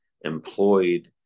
employed